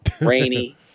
Rainy